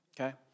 okay